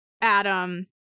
Adam